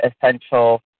essential